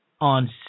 On